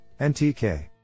NTK